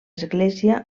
església